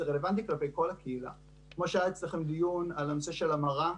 זה רלוונטי כלפי כל הקהילה כמו שהיה אצלכם דיון על הנושא של המרה,